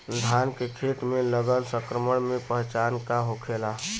धान के खेत मे लगल संक्रमण के पहचान का होखेला?